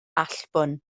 allbwn